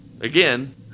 Again